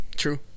True